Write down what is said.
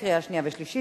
קריאה שנייה ושלישית.